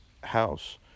house